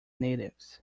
natives